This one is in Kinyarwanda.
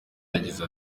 yagize